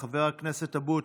נוכח, חבר הכנסת אבוטבול,